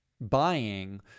buying